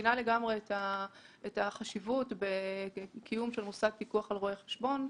מבינה לגמרי את החשיבות בקיום של מוסד פיקוח על רואי חשבון,